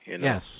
Yes